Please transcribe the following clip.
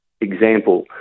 example